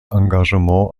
engagement